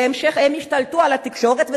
בהמשך הם השתלטו על התקשורת,